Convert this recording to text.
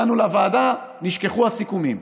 וכשהגענו לוועדה נשכחו הסיכומים.